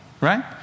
right